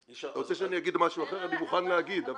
אתה רוצה שאני אגיד משהו אחר, אני מוכן להגיד.